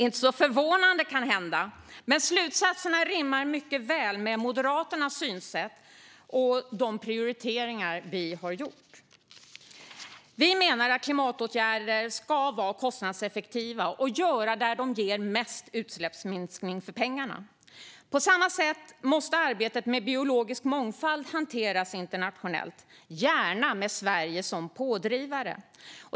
Inte så förvånande, kanhända, men slutsatserna rimmar mycket väl med Moderaternas synsätt och de prioriteringar vi gjort. Vi menar att klimatåtgärder ska vara kostnadseffektiva och göras där de ger mest utsläppsminskning för pengarna. På samma sätt måste arbetet med biologisk mångfald hanteras internationellt, gärna med Sverige som pådrivare.